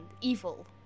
evil